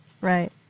Right